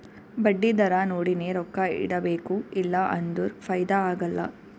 ಬಡ್ಡಿ ದರಾ ನೋಡಿನೆ ರೊಕ್ಕಾ ಇಡಬೇಕು ಇಲ್ಲಾ ಅಂದುರ್ ಫೈದಾ ಆಗಲ್ಲ